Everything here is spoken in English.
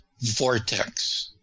vortex